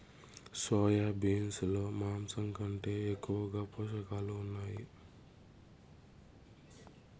soya beans లో మాంసం కంటే ఎక్కువగా పోషకాలు ఉన్నాయి